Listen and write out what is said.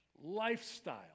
lifestyle